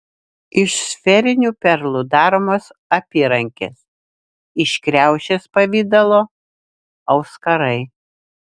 iš sferinių perlų daromos apyrankės iš kriaušės pavidalo auskarai